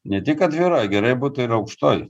ne tik atvira gerai būtų ir aukštoji